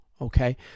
okay